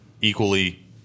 equally